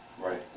Right